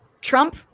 Trump